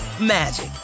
magic